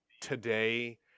today